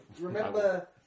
Remember